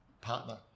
partner